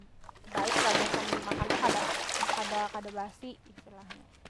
Baiklah gasan dimakan tu kada- kada kada basi istilahnya.